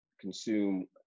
consume